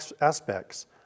aspects